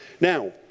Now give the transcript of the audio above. Now